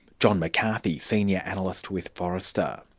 john mccarthy, senior analyst with forrester.